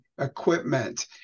equipment